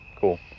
cool